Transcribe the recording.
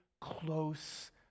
close